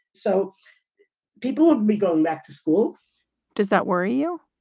so people won't be going back to school does that worry you?